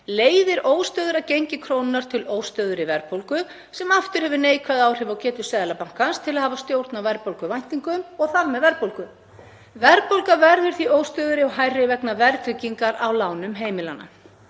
leiðir óstöðugra gengi krónunnar til óstöðugri verðbólgu sem aftur hefur neikvæð áhrif á getu Seðlabankans til að hafa stjórn á verðbólguvæntingum og þar með verðbólgu. Verðbólga verður því óstöðugri og hærri vegna verðtryggingar á lánum heimilanna.